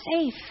safe